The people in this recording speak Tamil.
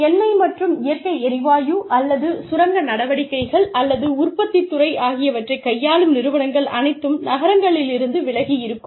எண்ணெய் மற்றும் இயற்கை எரிவாயு அல்லது சுரங்க நடவடிக்கைகள் அல்லது உற்பத்தித் துறை ஆகியவற்றைக் கையாளும் நிறுவனங்கள் அனைத்தும் நகரங்களிலிருந்து விலகி இருக்கும்